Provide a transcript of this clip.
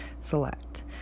Select